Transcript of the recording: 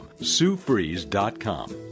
SueFreeze.com